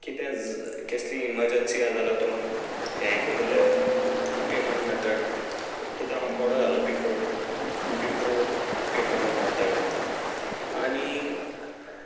कितें केसली इमरजंसी आसा जाल्यार तुमी हें करतले पेमट मॅथड कितें आमाक कोडो जालो आसलें फो बिफोर पेमंट मॅथड आनी